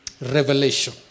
revelation